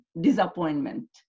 disappointment